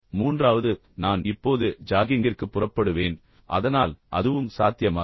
மூன்றாவது அவர் கூறுகிறார் நான் இப்போது ஜாகிங்கிற்கு புறப்படுவேன் அதனால் அதுவும் சாத்தியமாகும்